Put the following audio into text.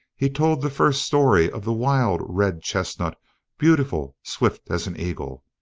he told the first story of the wild red-chestnut, beautiful, swift as an eagle.